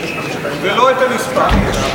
ולא את הנספח.